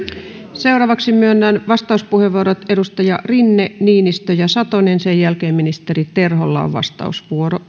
seuraavaksi myönnän vastauspuheenvuorot edustajille rinne niinistö ja satonen sen jälkeen ministeri terholla on vastausvuoro